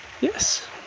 Yes